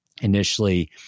Initially